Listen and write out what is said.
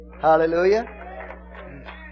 Hallelujah